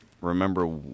remember